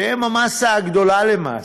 הן המאסה הגדולה למעשה,